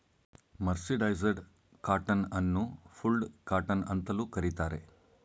mercerised cotton ಅನ್ನು fulled cotton ಅಂತಲೂ ಕರಿತಾರೆ